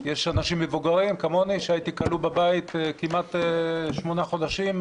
יש אנשים מבוגרים כמוני שהייתי כלוא בבית כמעט 8 חודשים,